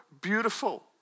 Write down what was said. beautiful